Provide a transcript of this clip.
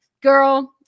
girl